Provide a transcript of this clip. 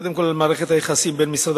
קודם כול על מערכת היחסים בין משרד